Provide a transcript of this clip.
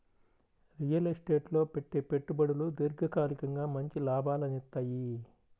real estate లో పెట్టే పెట్టుబడులు దీర్ఘకాలికంగా మంచి లాభాలనిత్తయ్యి